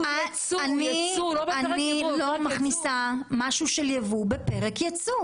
אני לא מכניסה משהו של יבוא בפרק יצוא.